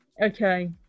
Okay